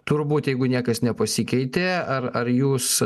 turbūt jeigu niekas nepasikeitė ar ar jūs